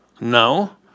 No